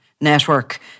network